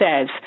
says